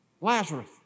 Lazarus